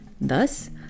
Thus